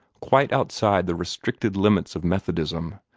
quite outside the restricted limits of methodism,